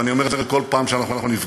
ואני אומר את זה כל פעם שאנחנו נפגשים,